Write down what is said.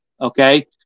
okay